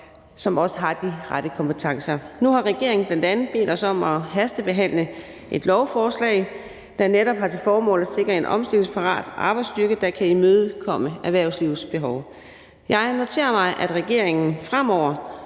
som også har de rette kompetencer. Nu har regeringen bl.a. bedt os om at hastebehandle et lovforslag, der netop har til formål at sikre en omstillingsparat arbejdsstyrke, der kan imødekomme erhvervslivets behov. Jeg noterer mig, at regeringen fremover